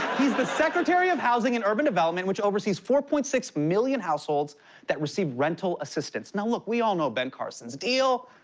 he's the secretary of housing and urban development, which oversees four point six million households that receive rental assistance. now look, we all know ben carson's deal.